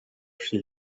she